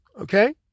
Okay